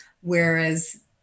whereas